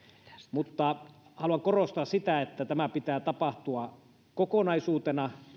mutta haluan korostaa sitä että tämän pitää tapahtua kokonaisuutena